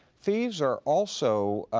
fees are also